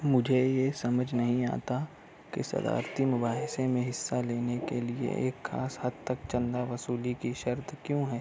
مجھے یہ سمجھ نہیں آتا کہ صدارتی مباحثے میں حصہ لینے کے لیے ایک خاص حد تک چندہ وصولی کی شرط کیوں ہے